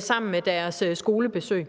sammen med deres skolebesøg.